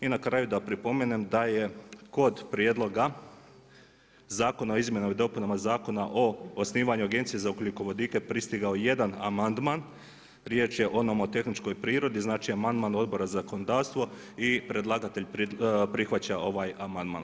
I na kraju, da pripomenem da je kod prijedloga Zakona o izmjenama i dopunama Zakona o osnivanju agencije za ugljikovodike pristigao 1 amandman, riječ je o onom o tehničkoj prirodi, znači, amandman Odbora za zakonodavstvo i predlagatelj prihvaća ovaj amandman.